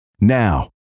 Now